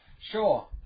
sure